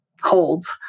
holds